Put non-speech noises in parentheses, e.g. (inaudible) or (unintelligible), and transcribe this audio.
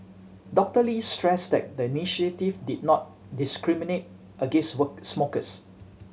Doctor Lee stressed that the initiative did not discriminate against (unintelligible) smokers